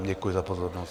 Děkuji za pozornost.